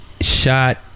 shot